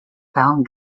found